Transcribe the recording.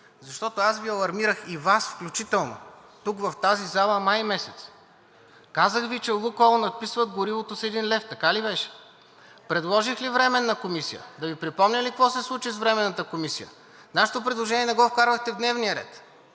защото аз алармирах и Вас включително тук в тази зала май месец. Казах Ви, че „Лукойл“ надписват горивото с 1 лев, така ли беше? Предложих ли временна комисия? Да Ви припомня ли какво се случи с временната комисия? Нашето предложение не го вкарвахте в дневния ред